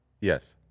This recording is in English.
Yes